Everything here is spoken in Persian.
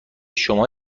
شما